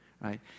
right